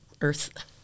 earth